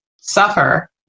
suffer